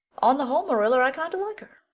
on the whole, marilla, i kind of like her.